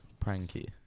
pranky